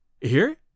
Here